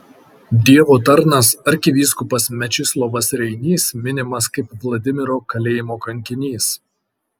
dievo tarnas arkivyskupas mečislovas reinys minimas kaip vladimiro kalėjimo kankinys